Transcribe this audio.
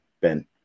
Ben